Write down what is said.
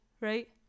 right